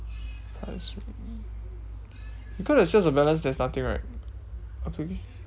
you go the sales of balance there's nothing right